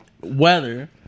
weather